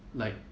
like